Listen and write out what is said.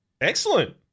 excellent